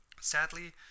Sadly